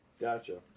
Gotcha